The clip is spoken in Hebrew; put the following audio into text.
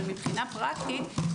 אבל פרקטית,